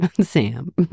Sam